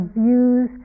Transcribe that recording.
views